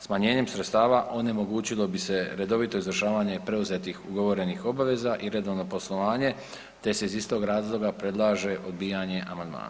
Smanjenjem sredstava onemogućilo bi se redovito izvršavanje preuzetih ugovorenih obaveza i redovno poslovanje te se iz istog razloga predlaže odbijanje amandmana.